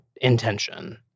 intention